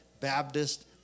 Baptist